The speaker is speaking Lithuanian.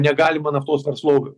negalima naftos verslovių